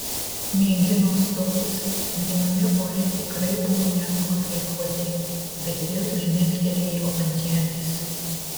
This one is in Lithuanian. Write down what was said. mėgino stotis gryname ore tikrai buvo lengva kvėpuoti bet vėl žnektelėjo ant žemės